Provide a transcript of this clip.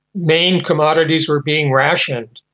main commodities were being rationed.